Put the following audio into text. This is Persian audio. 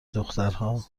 دخترها